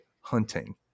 hunting